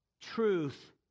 truth